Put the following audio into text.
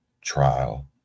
trial